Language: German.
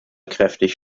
kräftig